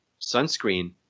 sunscreen